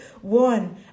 one